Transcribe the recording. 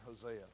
Hosea